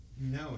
No